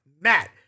Matt